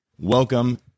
Welcome